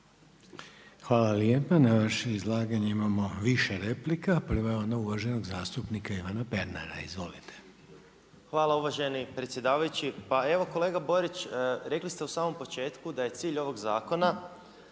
Hvala lijepa. Na vaše izlaganje imamo više replika. Prva je ona uvaženog zastupnika Ivana Pernara. Izvolite. **Pernar, Ivan (Živi zid)** Hvala uvaženi predsjedavajući. Pa evo kolega Borić, rekli ste u samom početku da je cilj ovog zakona